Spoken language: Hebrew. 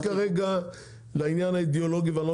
אני לא נכנס כרגע לעניין האידיאולוגי ואני לא